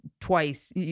twice